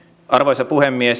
arvoisa puhemies